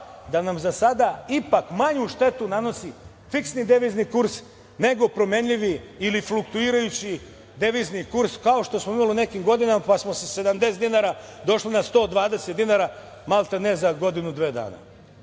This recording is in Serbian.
da nam za sada ipak manju štetu nanosi fiksni devizni kurs nego promenljivi ili fluktuirajući devizni kurs, kao što smo imali u nekim godinama, pa smo sa 70 dinara došli na 120 dinara maltene za godinu, dve dana.